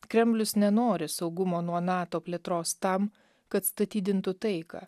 kremlius nenori saugumo nuo nato plėtros tam kad statydintų taiką